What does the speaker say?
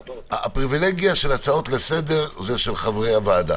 הפריבילגיה של הצעות לסדר זה של חברי הוועדה.